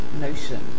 notion